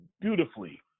beautifully